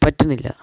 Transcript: പറ്റുന്നില്ല